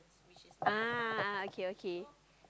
ah okay okay